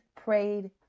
prayed